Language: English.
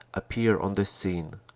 appear on the scene.